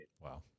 wow